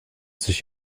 sich